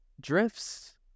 drifts